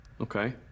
Okay